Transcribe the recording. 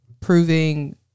proving